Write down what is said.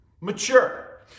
Mature